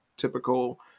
typical